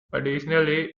additionally